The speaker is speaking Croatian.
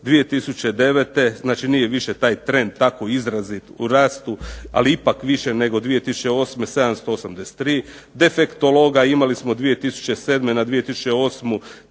2009. znači nije više taj trend tako izrazit u rastu, ali ipak više nego 2008. 783, defektologa imali smo 2007. na 2008.